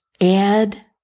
add